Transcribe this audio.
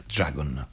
Dragon